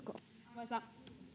arvoisa